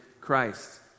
Christ